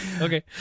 Okay